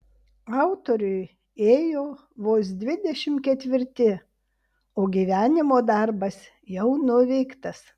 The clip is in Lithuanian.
autoriui ėjo vos dvidešimt ketvirti o gyvenimo darbas jau nuveiktas